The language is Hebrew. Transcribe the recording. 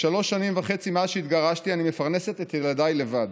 בשלוש שנים וחצי מאז שהתגרשתי אני מפרנסת את ילדיי לבד.